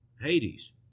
Hades